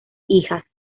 hijas